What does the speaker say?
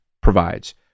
provides